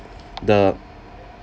the